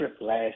last